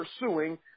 pursuing